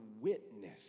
witness